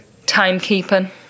Timekeeping